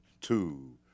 two